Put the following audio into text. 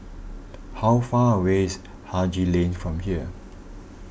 how far away is Haji Lane from here